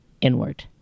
inward